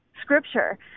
Scripture